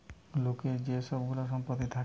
লোকের যে সব গুলা সম্পত্তি থাকছে